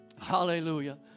Hallelujah